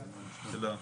תודה.